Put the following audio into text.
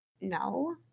no